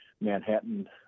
Manhattan